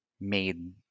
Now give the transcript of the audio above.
made